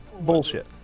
bullshit